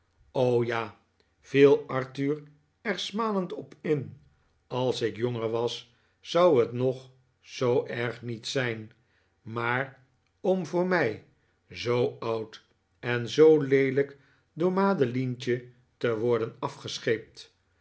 ja viel arthur er smalend op in als ik jonger was zou het nog zoo erg niet zijn maar om voor mij zoo oud en zoo leelijk door madelientje te worden afgescheept